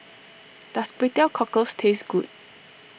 does Kway Teow Cockles taste good